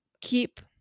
keep